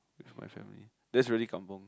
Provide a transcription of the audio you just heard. with my family that's really kampung